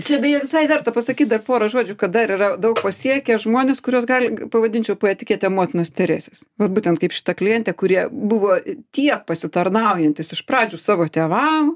čia beje visai verta pasakyt dar porą žodžių kad dar yra daug pasiekę žmonės kuriuos gal pavadinčiau po etikete motinos teresės vat būtent kaip šita klientė kurie buvo tiek pasitarnaujantys iš pradžių savo tėvam